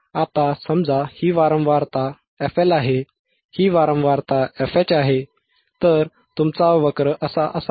आता समजा ही वारंवारता fLआहे ही वारंवारता fH आहे तर तुमचा वक्र असा असावा